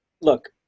Look